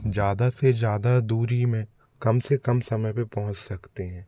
ज़्यादा से ज़्यादा दूरी में कम से कम समय पे पहुँच सकते हैं